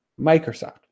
Microsoft